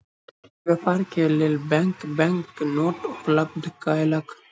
व्यापार के लेल बैंक बैंक नोट उपलब्ध कयलक